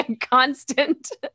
constant